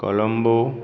Colombo